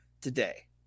today